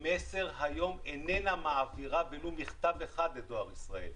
מסר היום איננה מעבירה ולו מכתב אחד לדואר ישראל.